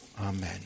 Amen